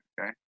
Okay